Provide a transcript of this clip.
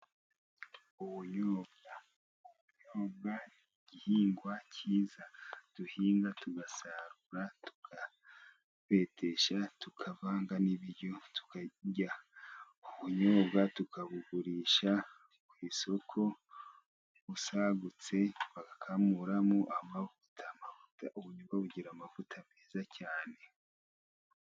Ubunyobwa, ubyobwa igihingwa cyiza duhinga tugasarura, tukabetesha tukavanga n'ibiryo tukarya. Ubunyobwa tukabugurisha ku isoko, ubusagutse bagakamuramo amavuta. Ubuyobwa bugira amavuta meza cyane.